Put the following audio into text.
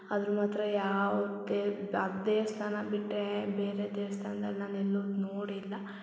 ಆದ್ರೆ ಮಾತ್ರ ಯಾವುದೇ ಆಗ ದೇವ್ಸ್ಥಾನ ಬಿಟ್ಟರೆ ಬೇರೆ ದೇವ್ಸ್ಥಾನ್ದಲ್ಲಿ ನಾನು ಎಲ್ಲೂ ನೋಡಿಲ್ಲ